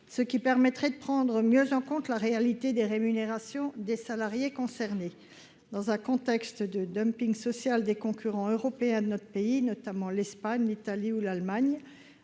ce qui permettrait de mieux prendre en compte la réalité des rémunérations des salariés concernés. Dans un contexte de dumping social des concurrents européens de notre pays, notamment l'Espagne, l'Italie ou l'Allemagne,